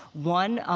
one,